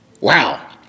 wow